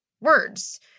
words